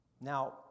Now